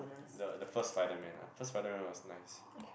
the the first Spiderman ah first Spiderman was nice